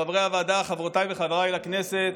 חברי הוועדה, חברותיי וחבריי לכנסת,